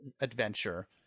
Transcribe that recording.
adventure